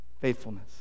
faithfulness